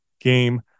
game